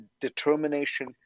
determination